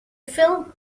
film